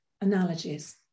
analogies